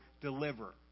deliver